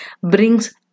brings